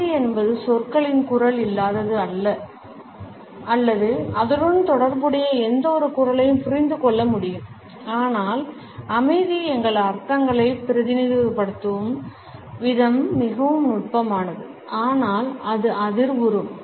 அமைதி என்பது சொற்களின் குரல் இல்லாதது அல்லது அதனுடன் தொடர்புடைய எந்தவொரு குரலையும் புரிந்து கொள்ள முடியும் ஆனால் அமைதி எங்கள் அர்த்தங்களை பிரதிநிதித்துவப்படுத்தும் விதம் மிகவும் நுட்பமானது ஆனால் அது அதிர்வுறும்